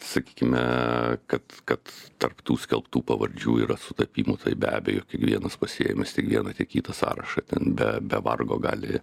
sakykime kad kad tarp tų skelbtų pavardžių yra sutapimų tai be abejo kiekvienas pasiėmęs tiek vieną tiek kitą sąrašą ten be be vargo gali